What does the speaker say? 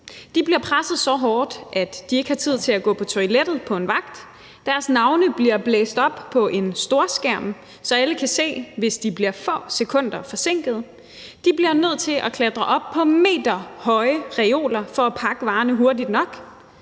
De bliver presset så hårdt, at de ikke har tid til at gå på toilettet på en vagt. Deres navne bliver blæst op på en storskærm, så alle kan se, hvis de bliver få sekunder forsinkede. De bliver nødt til at klatre op på meterhøje reoler for at pakke varerne hurtigt nok.